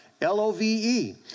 L-O-V-E